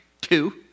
Two